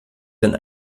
den